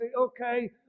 okay